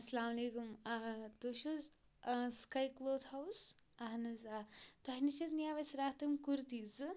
اَسلامُ علیکُم آ تُہۍ چھِو حظ سٕکاے کٕلوتھ ہاوُس اہن حظ آ تۄہہِ نِش حظ نِیَو اَسہِ راتھ تِم کُرتی زٕ